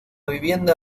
vivienda